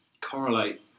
correlate